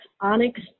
Onyx